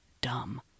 dumb